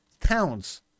towns